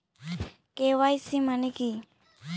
KYC মানে কি?